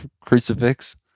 crucifix